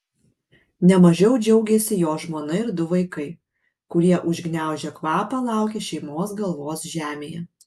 ne mažiau džiaugėsi jo žmona ir du vaikai kurie užgniaužę kvapą laukė šeimos galvos žemėje